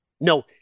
No